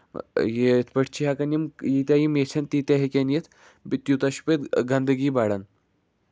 یہِ یِتھ پٲٹھۍ چھِ ہٮ۪کَن یِم ییٚتٮ۪ہہ یِم یژھن تیٖتیاہ ہٮ۪کَن یِم یِتھۍ بیٚیہِ تیوٗتاہ چھُ پَتہٕ گَندگی بَڑان